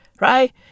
right